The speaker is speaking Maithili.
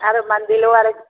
आरो मन्दिलो आर अछि